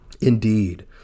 Indeed